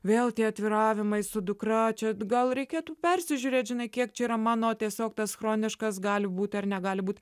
vėl tie atviravimai su dukra čia gal reikėtų persižiūrėt žinai kiek čia yra mano tiesiog tas chroniškas gali būti ar negali būti